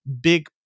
big